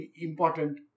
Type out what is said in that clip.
important